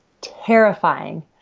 terrifying